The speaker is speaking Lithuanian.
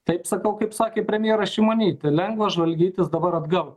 taip sakau kaip sakė premjerė šimonytė lengva žvalgytis dabar atgal